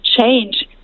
change